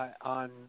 on